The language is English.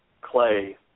Clay